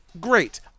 Great